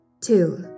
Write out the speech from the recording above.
Two